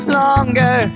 longer